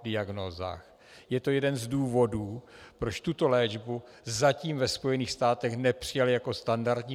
Je to jeden z důvodů, proč tuto léčbu zatím ve Spojených státech nepřijali jako standardní.